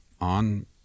on